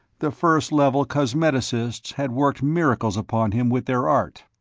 the first level cosmeticists had worked miracles upon him with their art.